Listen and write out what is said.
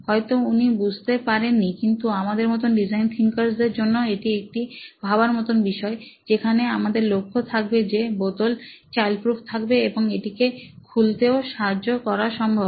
হয়তো উনি বুঝতে পারেন নি কিন্তু আমাদের মতো ডিজাইন থিঙ্কর্স দের জন্য এটি একটি ভাবার মতো বিষয় যেখানে আমাদের লক্ষ্য থাকবে যে বোতল চাইল্ড প্রুফ থাকবে এবং এটিকে খুলতেও সাহায্য করা সম্ভব